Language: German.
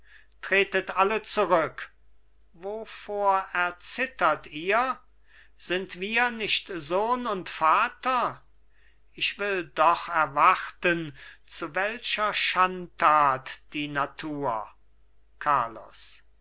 tretet alle zurück wovor erzittert ihr sind wir nicht sohn und vater ich will doch erwarten zu welcher schandtat die natur carlos